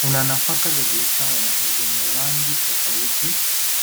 Kuna nafaka za biashara zenye rangi tofauti,